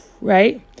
Right